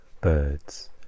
birds